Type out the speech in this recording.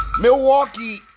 Milwaukee